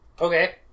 Okay